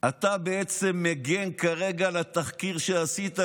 אתה בעצם מגן כרגע על התחקיר שעשית,